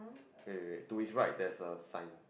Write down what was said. wait wait wait to his right there's a sign